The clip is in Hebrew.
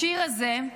השיר הזה,